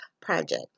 project